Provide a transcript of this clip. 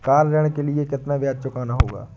Car ऋण के लिए कितना ब्याज चुकाना होगा?